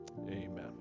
Amen